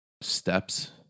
steps